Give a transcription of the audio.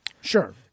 sure